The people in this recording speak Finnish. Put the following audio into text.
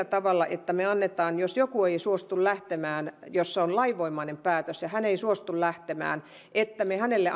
tavalla jos joku ei suostu lähtemään jos on lainvoimainen päätös ja hän ei suostu lähtemään että me hänelle